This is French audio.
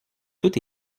tout